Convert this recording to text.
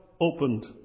opened